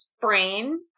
brain